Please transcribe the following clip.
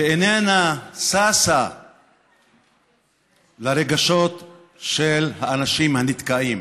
שאיננה ששה לרגשות של האנשים הנתקעים.